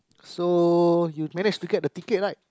so you managed to get the ticket right